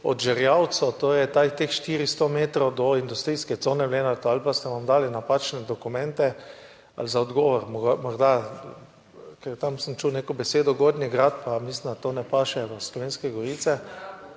od Žerjavcev, torej teh 400 metrov, do industrijske cone v Lenartu ali pa ste nam dali napačne dokumente ali morda odgovor, ker tam sem slišal neko besedo Gornji Grad, pa mislim, da to ne paše v Slovenske gorice.